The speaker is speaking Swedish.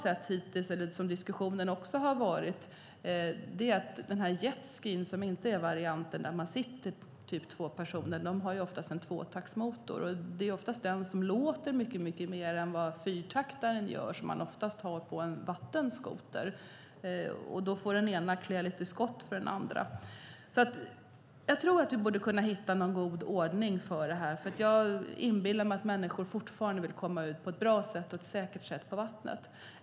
Jetski, som inte är varianten där man sitter typ två personer, har oftast en tvåtaktsmotor. Den låter mycket mer än fyrtaktaren, som man oftast har på en vattenskoter. Då får den ena klä skott för den andra. Vi borde kunna hitta en god ordning för detta. Jag inbillar mig att människor fortfarande vill komma ut på ett bra och säkert sätt på vattnet.